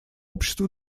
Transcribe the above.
общества